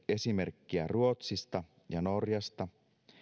esimerkkiä ruotsista ja norjasta